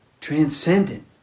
transcendent